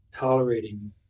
tolerating